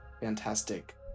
fantastic